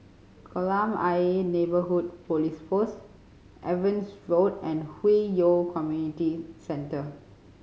Kolam Ayer Neighbourhood Police Post Evans Road and Hwi Yoh Community Centre